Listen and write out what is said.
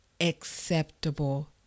acceptable